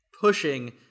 pushing